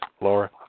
Laura